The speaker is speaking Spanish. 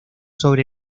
sobre